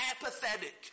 apathetic